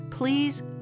Please